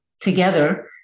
together